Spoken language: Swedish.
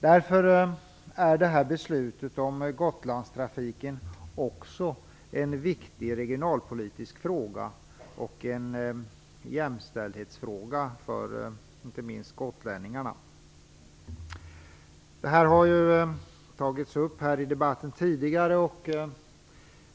Därför är beslutet om Gotlandstrafiken både en viktig regionalpolitisk fråga och en jämställdhetsfråga, inte minst för gotlänningarna. Detta har tagits upp tidigare i den här debatten.